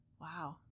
Wow